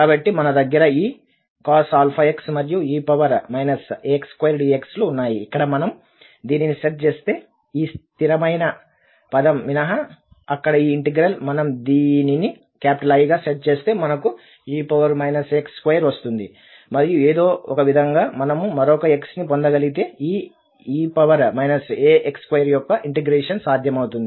కాబట్టి మన దగ్గర ఈ cos⁡αx మరియు e ax2dx లు ఉన్నాయి ఇక్కడ మనం దీనిని సెట్ చేస్తే ఈ స్థిరమైన పదం మినహా అక్కడ ఈ ఇంటిగ్రల్ మనం దీనిని I గా సెట్ చేస్తే మనకు e ax2 వస్తుంది మరియు ఏదో ఒకవిధంగా మనము మరొక x ని పొందగలిగితే ఈ e ax2 యొక్క ఇంటిగ్రేషన్ సాధ్యమవుతుంది